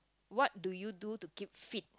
what do you do to keep fit